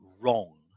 wrong